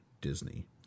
Disney